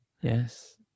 yes